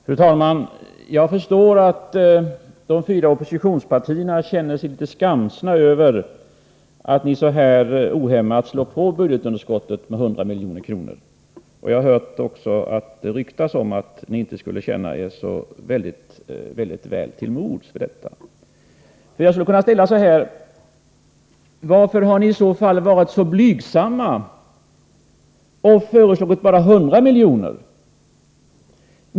Fru talman! Jag förstår att de fyra oppositionspartierna känner sig litet skamsna över att de så här ohämmat slår på budgetunderskottet med 100 milj.kr. Jag har också hört ryktas att de inte känner sig så väl till mods för detta. Jag skulle kunna ställa frågan: Varför har ni varit så blygsamma och föreslagit bara 100 milj.kr.?